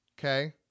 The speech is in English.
okay